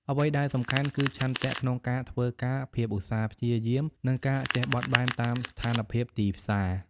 អ្វីដែលសំខាន់គឺឆន្ទៈក្នុងការធ្វើការ ភាពឧស្សាហ៍ព្យាយាម និងការចេះបត់បែនតាមស្ថានភាពទីផ្សារ។